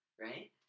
right